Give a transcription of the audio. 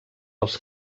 els